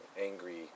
angry